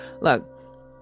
Look